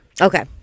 Okay